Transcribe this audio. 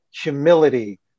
humility